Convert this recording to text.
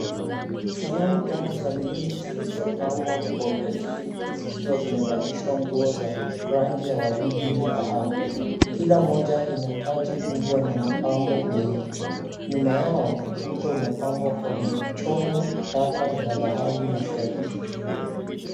Sanamu tatu za miungu zilizopambwa kwa utajiri zikiwa zimevalishwa nguo za rangi ya waridi na dhahabu, Kila moja inataji kubwa na mapambo mengi, nyuma yao ukuta umepambwa kwa michongo tata ya dhahabu na fedha.